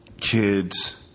kids